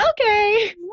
okay